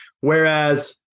Whereas